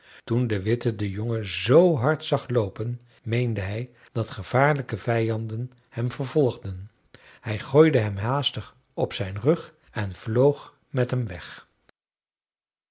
toen de witte den jongen z hard zag loopen meende hij dat gevaarlijke vijanden hem vervolgden hij gooide hem haastig op zijn rug en vloog met hem weg